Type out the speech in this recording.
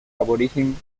aborigen